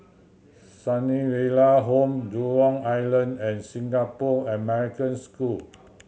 Sunnyville Home Jurong Island and Singapore American School